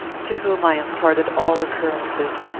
to whom i imparted all occurrences.